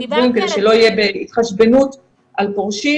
שלא תהיה התחשבנות על פורשים.